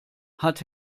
hat